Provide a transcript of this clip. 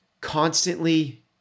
constantly